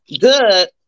good